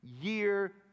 Year